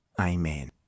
Amen